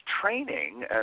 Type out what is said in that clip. training